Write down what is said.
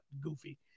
goofy